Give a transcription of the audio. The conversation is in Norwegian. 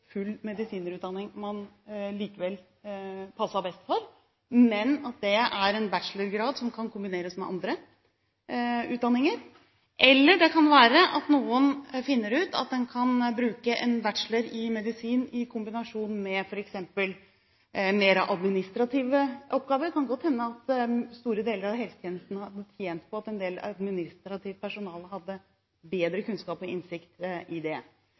full medisinerutdanning som passet best, men en bachelorgrad, som kan kombineres med andre utdanninger. Eller det kan være at noen finner ut at en kan bruke en bachelor i medisin i kombinasjon med f.eks. mer administrative oppgaver. Det kan godt hende at store deler av helsetjenesten hadde tjent på at en del administrativt personale hadde bedre kunnskap og innsikt i det.